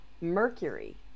mercury